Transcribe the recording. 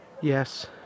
Yes